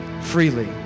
freely